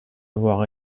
avoir